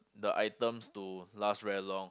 the items to last very long